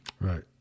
Right